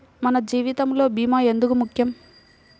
మన జీవితములో భీమా ఎందుకు ముఖ్యం?